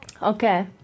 Okay